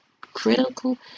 critical